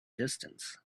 distance